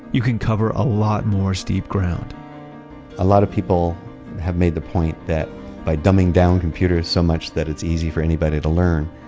you can cover a lot more steep ground a lot of people have made the point that by dumbing down computers so much that it's easy for anybody to learn,